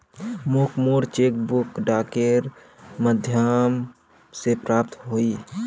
मोक मोर cheque book डाकेर माध्यम से प्राप्त होइए